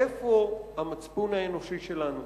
איפה המצפון האנושי שלנו?